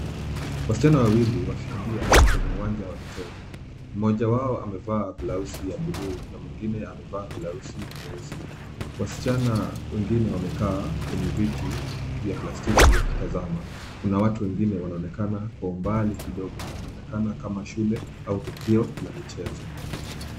Wasichana wawili wakikimbia kwenye uwanja wa michezo. Mmoja wao amevalia blausi ya buluu na mwingine amevaa blausi nyeusi. Wasichana wengine wamekaa kwenye viti vya plastiki wakitazama na watu wengine wanaonekana kwa umbali kidogo. Inaonekana kama shule au tukio la michezo.